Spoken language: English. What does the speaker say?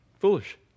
Foolish